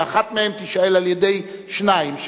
שאחת מהן תישאל על-ידי שניים,